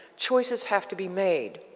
choices have to be made.